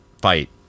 fight